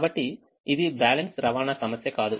కాబట్టి ఇది బ్యాలెన్స్ రవాణా సమస్య కాదు